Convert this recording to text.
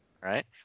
Right